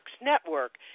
Network